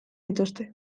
dituzte